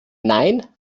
nein